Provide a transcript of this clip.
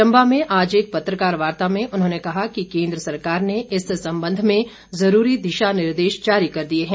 चम्बा में आज एक पत्रकार वार्ता में उन्होंने कहा कि केन्द्र सरकार ने इस संबंध में जरूरी दिशा निर्देश जारी कर दिए हैं